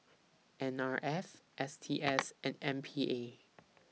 N R F S T S and M P A